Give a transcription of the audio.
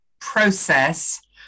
process